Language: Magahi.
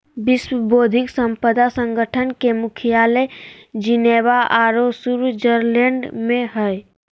विश्व बौद्धिक संपदा संगठन के मुख्यालय जिनेवा औरो स्विटजरलैंड में हइ